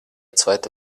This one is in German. zweite